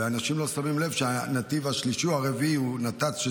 ואנשים לא שמים לב שהנתיב השלישי או הרביעי הוא נת"צ,